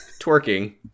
Twerking